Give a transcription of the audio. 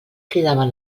cridaven